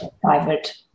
private